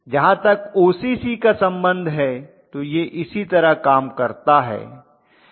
जहां तक ओसीसी का संबंध है तो यह इसी तरह काम करता है